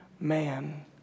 man